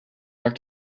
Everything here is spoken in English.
are